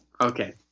Okay